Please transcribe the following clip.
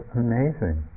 amazing